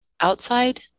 outside